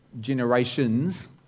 generations